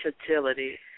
versatility